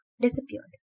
disappeared